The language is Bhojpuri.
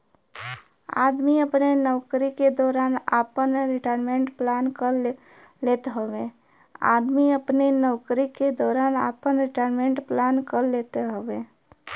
आदमी अपने नउकरी के दौरान आपन रिटायरमेंट प्लान कर लेत हउवे